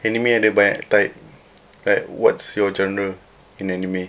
anime ada banyak type like what's your genre in anime